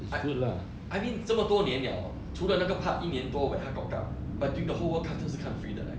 I I mean 这么多年 liao 除了那个 part 一年多 where 他 cock up but during the whole world cup 就是看 free 的 leh